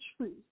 truth